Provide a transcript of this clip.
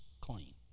clean